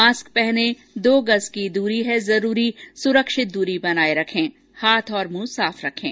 mask पहनें दो गज़ की दूरी है जरूरी सुरक्षित दूरी बनाए रखें हाथ और मुंह साफ रखें